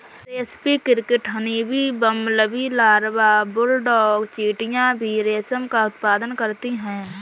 रेस्पी cricket, honeybee, bumblebee larva, bulldog चींटियां भी रेशम का उत्पादन करती हैं